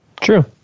True